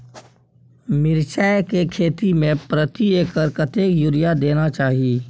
मिर्चाय के खेती में प्रति एकर कतेक यूरिया देना चाही?